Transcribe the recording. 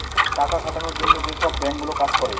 টাকা খাটানোর জন্য যেসব বাঙ্ক গুলো কাজ করে